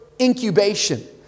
incubation